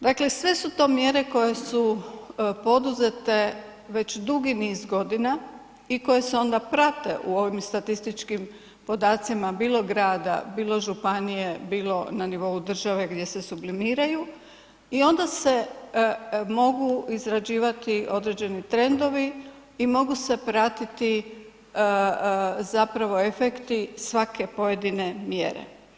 Dakle, sve su to mjere koje su poduzete već dugi niz godina i koje se onda prate u ovim statističkim podacima bilo grada, bilo županije, bilo na nivou države gdje se sublimiraju i onda se mogu izrađivati određeni trendovi i mogu se pratiti zapravo efekti svake pojedine mjere.